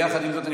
יחד עם זאת,